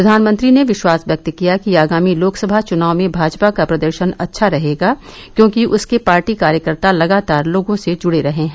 प्रधानमंत्री ने विश्वास व्यक्त किया कि आगामी लोकसभा चुनाव में भाजपा का प्रदर्शन अच्छा रहेगा क्योंकि उसके पार्टी कार्यकर्ता लगातार लोगों से जुड़े रहे हैं